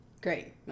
great